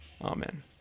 amen